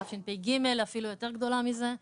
תשפ"ג אפילו יותר גדולה מזה.